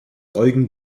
eugen